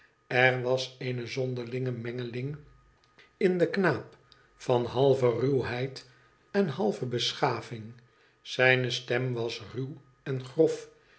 er was eene zonderlinge mengeling in den knaap van halve ruwheid en halve beschaving zijne stem was ruw en grof